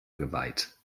geweiht